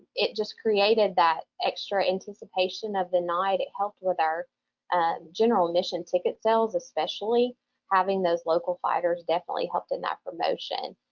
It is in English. it just created that extra anticipation of the night. it helped with our ah general admission ticket sales, especially having those local fighters definitely helped in that promotion,